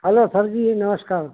hello sir जी नमश्कार